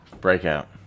Breakout